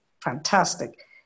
fantastic